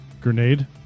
Grenade